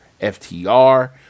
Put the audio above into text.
FTR